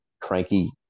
cranky